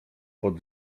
pod